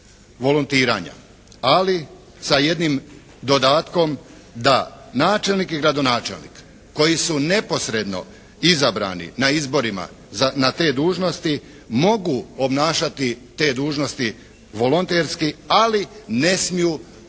volontiranja. Ali, sa jednim dodatkom da načelnik i gradonačelnik koji su neposredno izabrani na izborima na te dužnosti mogu obnašati te dužnosti volonterski, ali ne smiju biti